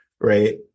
right